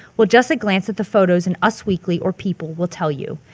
well, just a glance at the photos in us weekly or people will tell you.